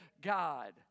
God